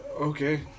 Okay